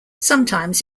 sometimes